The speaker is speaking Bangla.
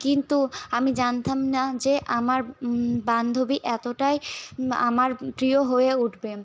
কিন্তু আমি জানতাম না যে আমার বান্ধবী এতোটাই আমার প্রিয় হয়ে উঠবে